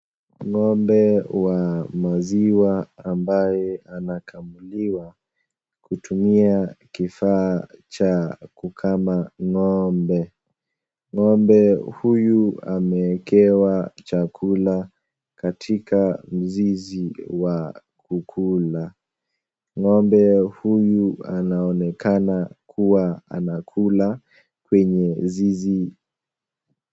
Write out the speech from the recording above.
Ng'ombe wa maziwa ambaye anakamuliwa kutumia kifaa cha kukama ng'ombe. Ng'ombe huyu amewekewa chakula katika zizi wa kukula , ng'ombe huyu anaonekana kuwa anakula kwenye zizi.